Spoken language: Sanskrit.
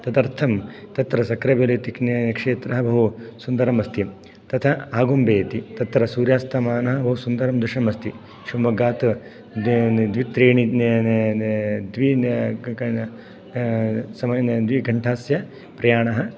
तदर्थं तत्र सक्रेबेले इति किं क्षेत्रः बहु सुन्दरम् अस्ति तथा आगुम्बे इति तत्र सूर्यास्तमनः बहुसुन्दरं दृश्यम् अस्ति शिव्मोग्गात् द्वीनि द्वि त्रीणि द्विन् समयने द्विघण्टा प्रयाणः